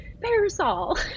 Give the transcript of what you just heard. parasol